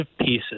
pieces